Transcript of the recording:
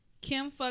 Kim